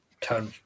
turn